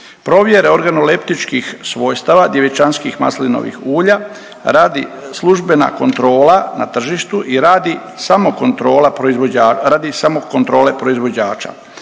Provjere organoleptičkih svojstava djevičanskih maslinovih ulja radi službena kontrola na tržištu i radi samokontrole proizvođača.